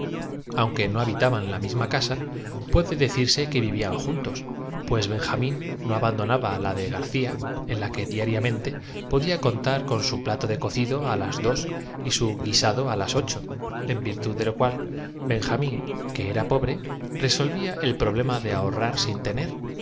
aún leerse que casa puede decirse que vivían juntos pues benjamín era esto no abandonaba la de garcía en la que diariamente po día contar con su plato de cocido á las dos y su guisa serv c pomp pr do á las ocho en virtud de lo cual benjamín que era pobre resolvía el problema de ahorrar sin tener